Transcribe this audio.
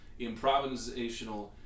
improvisational